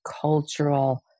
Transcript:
cultural